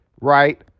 right